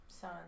son